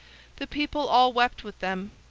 the people all wept with them,